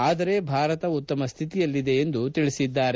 ಆದರೆ ಭಾರತ ಉತ್ತಮ ಸ್ಥಿತಿಯಲ್ಲಿದೆ ಎಂದು ತಿಳಿಸಿದ್ದಾರೆ